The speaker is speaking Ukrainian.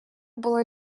було